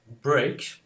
break